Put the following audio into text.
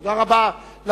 תודה רבה.